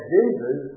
Jesus